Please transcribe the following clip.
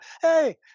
hey